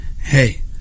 hey